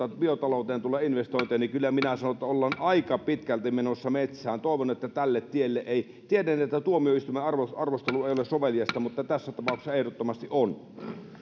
biotalouteen tulee investointeja niin kyllä minä sanon että ollaan aika pitkälti menossa metsään toivon että tälle tielle ei tiedän että tuomioistuimen arvostelu arvostelu ei ole soveliasta mutta tässä tapauksessa ehdottomasti on